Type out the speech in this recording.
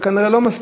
זה כנראה לא מספיק.